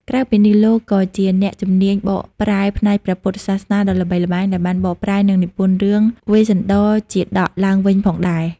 ក្រៅពីនេះ លោកក៏ជាអ្នកជំនាញបកប្រែផ្នែកព្រះពុទ្ធសាសនាដ៏ល្បីល្បាញ ដែលបានបកប្រែ និងនិពន្ធរឿង វេស្សន្ដរជាតក ឡើងវិញផងដែរ។